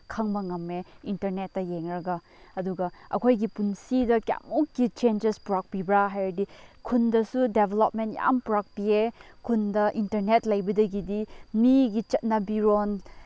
ꯈꯪꯕ ꯉꯝꯃꯦ ꯏꯟꯇꯔꯅꯦꯠꯇ ꯌꯦꯡꯂꯒ ꯑꯗꯨꯒ ꯑꯩꯈꯣꯏꯒꯤ ꯄꯨꯟꯁꯤꯗ ꯀꯌꯥꯃꯨꯛꯀꯤ ꯆꯦꯟꯖꯦꯁ ꯄꯨꯔꯛꯄꯤꯕ꯭ꯔꯥ ꯍꯥꯏꯔꯗꯤ ꯈꯨꯟꯗꯁꯨ ꯗꯦꯕ꯭ꯂꯞꯃꯦꯟ ꯌꯥꯝ ꯄꯨꯔꯛꯄꯤꯌꯦ ꯈꯨꯟꯗ ꯏꯟꯇꯔꯅꯦꯠ ꯂꯩꯕꯗꯒꯤ ꯃꯤꯒꯤ ꯆꯠꯅꯕꯤꯔꯣꯟ